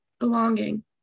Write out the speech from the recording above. belonging